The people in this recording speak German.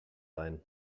ein